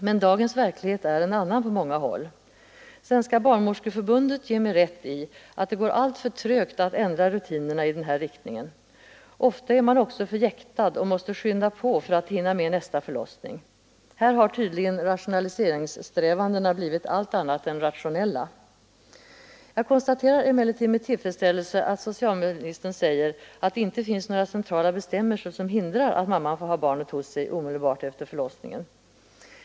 Men dagens verklighet är en annan på många håll. Svenska barnmorskeförbundet ger mig rätt i att det går alltför trögt att ändra rutinerna i den här riktningen. Ofta är man också för jäktad och måste skynda på för att hinna med nästa förlossning. Här har tydligen rationaliseringssträvandena blivit allt annat än rationella. Jag konstaterar emellertid med tillfredsställelse att socialministern säger att det inte finns några centrala bestämmelser som hindrar att mamman får ha barnet hos sig omedelbart efter förlossningen.